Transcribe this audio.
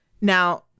Now